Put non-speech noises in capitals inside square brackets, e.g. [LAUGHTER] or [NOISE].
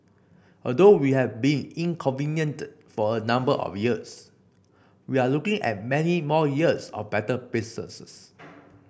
although we have been [UNINTELLIGIBLE] for a number of years we are looking at many more years of better business [NOISE]